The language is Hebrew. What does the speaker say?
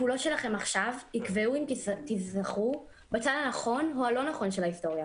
הפעולות שלכם עכשיו יקבעו אם תזכרו בצד הנכון או הלא נכון של ההיסטוריה.